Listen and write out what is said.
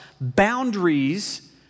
boundaries